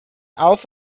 auf